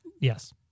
yes